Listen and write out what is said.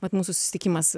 vat mūsų susitikimas